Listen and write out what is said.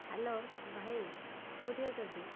hello ଭାଇ କେଉଁଠି ଅଛନ୍ତି